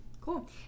Cool